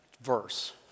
Verse